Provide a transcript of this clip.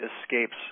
escapes